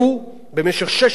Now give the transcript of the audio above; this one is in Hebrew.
שיא ישראלי,